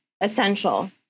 essential